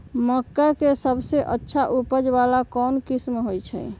मक्का के सबसे अच्छा उपज वाला कौन किस्म होई?